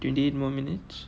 twenty eight more minutes